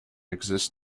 exists